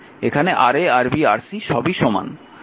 এখানে Ra Rb Rc সবই সমান